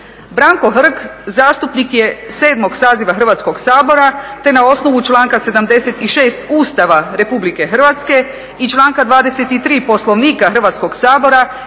Branko Hrg zastupnik je VII. saziva Hrvatskog sabora te na osnovu članka 76. Ustava Republike Hrvatske i članka 23. Poslovnika Hrvatskog sabora